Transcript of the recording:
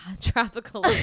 tropical